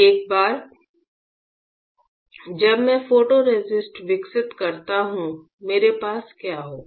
एक बार जब मैं फोटोरेसिस्ट विकसित करता हूं मेरे पास क्या होगा